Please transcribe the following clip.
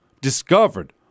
discovered